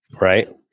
right